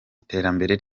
iterambere